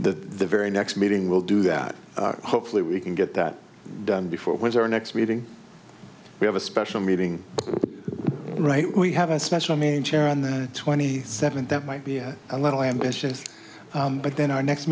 the very next meeting will do that hopefully we can get that done before with our next meeting we have a special meeting right we have a special i mean chair on the twenty seventh that might be a little ambitious but then our next